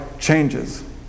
changes